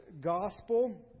gospel